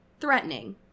Threatening